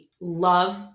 love